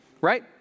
right